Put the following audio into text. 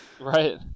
right